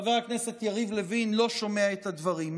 חבר הכנסת יריב לוין לא שומע את הדברים.